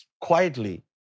quietly